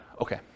Okay